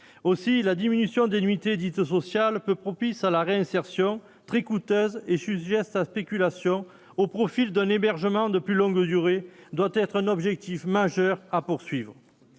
aussi la diminution des nuitées dites sociales peu propice à la réinsertion, très coûteuses et sujet sa spéculation au profil d'un hébergement de plus longue durée doit être un objectif majeur à poursuivre,